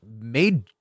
made